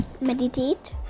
meditate